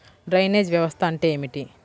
Drainage వ్యవస్థ అంటే ఏమిటి?